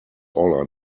all